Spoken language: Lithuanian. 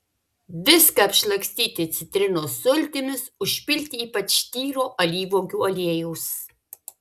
viską apšlakstyti citrinos sultimis užpilti ypač tyro alyvuogių aliejaus